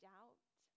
Doubt